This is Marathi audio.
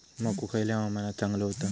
मको खयल्या हवामानात चांगलो होता?